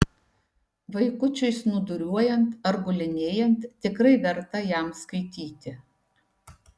vaikučiui snūduriuojant ar gulinėjant tikrai verta jam skaityti